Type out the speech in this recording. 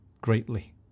greatly